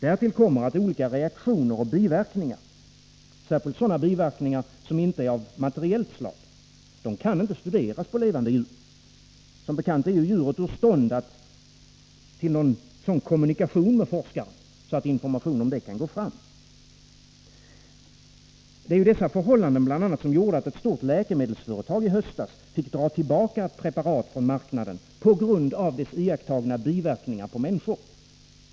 Därtill kommer att olika reaktioner och biverkningar — särskilt sådana som inte är av materiellt slag — inte kan studeras på levande djur. Djuret är som bekant inte i stånd till sådan kommunikation med forskaren att information om dem kan gå fram. Det var bl.a. dessa förhållanden som gjorde att ett stort läkemedelsföretag i höstas fick dra tillbaka ett preparat från marknaden på grund av dess iakttagna biverkningar på människor.